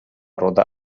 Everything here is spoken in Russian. рода